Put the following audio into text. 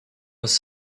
was